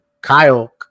Kyle